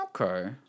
okay